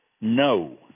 no